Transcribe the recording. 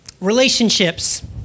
Relationships